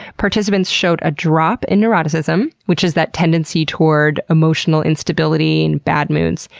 participants showed a drop in neuroticism, which is that tendency toward emotional instability, and bad moods,